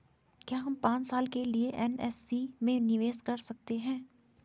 क्या हम पांच साल के लिए एन.एस.सी में निवेश कर सकते हैं?